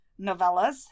novellas